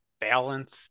balance